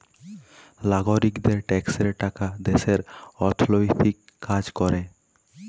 লাগরিকদের ট্যাক্সের টাকা দ্যাশের অথ্থলৈতিক কাজ ক্যরে